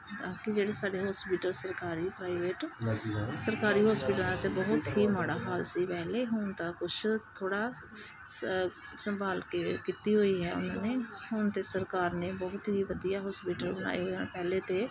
ਤਾਂ ਕਿ ਜਿਹੜੇ ਸਾਡੇ ਹੋਸਪੀਟਲ ਸਰਕਾਰੀ ਪ੍ਰਾਈਵੇਟ ਸਰਕਾਰੀ ਹੋਸਪੀਟਲਾਂ 'ਤੇ ਬਹੁਤ ਹੀ ਮਾੜਾ ਹਾਲ ਸੀ ਪਹਿਲਾਂ ਹੁਣ ਤਾਂ ਕੁਛ ਥੋੜ੍ਹਾ ਸੰਭਾਲ ਕੇ ਕੀਤੀ ਹੋਈ ਹੈ ਉਹਨਾਂ ਨੇ ਹੁਣ ਤਾਂ ਸਰਕਾਰ ਨੇ ਬਹੁਤ ਹੀ ਵਧੀਆ ਹੋਸਪਿਟਲ ਬਣਾਏ ਹੋਏ ਪਹਿਲਾਂ ਤਾਂ